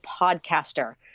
podcaster